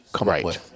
right